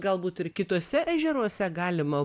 galbūt ir kituose ežeruose galima